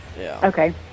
Okay